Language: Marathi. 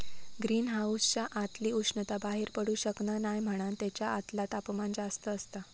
ग्रीन हाउसच्या आतली उष्णता बाहेर पडू शकना नाय म्हणान तेच्या आतला तापमान जास्त असता